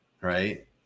right